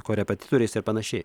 korepetitoriais ir panašiai